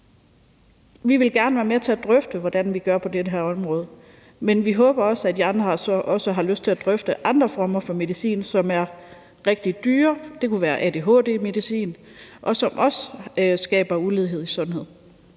Vi vil gerne være med til at drøfte, hvordan vi gør det på det her område, men vi håber også, at I andre også har lyst til at drøfte andre former for medicin, som er rigtig dyr – det kunne være adhd-medicin – og som også skaber ulighed i sundhed.